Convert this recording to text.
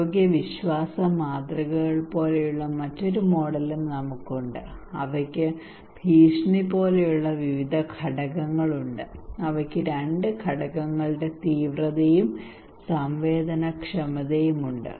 ആരോഗ്യ വിശ്വാസ മാതൃകകൾ പോലെയുള്ള മറ്റൊരു മോഡലും നമുക്കുണ്ട് അവയ്ക്ക് ഭീഷണി പോലെയുള്ള വിവിധ ഘടകങ്ങളുണ്ട് അവയ്ക്ക് രണ്ട് ഘടകങ്ങളുടെ തീവ്രതയും സംവേദനക്ഷമതയും ഉണ്ട്